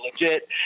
legit